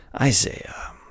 Isaiah